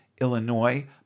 Illinois